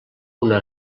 una